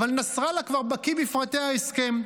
אבל נסראללה כבר בקיא בפרטי ההסכם?